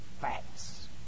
facts